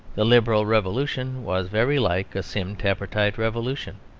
the liberal revolution was very like a sim tappertit revolution.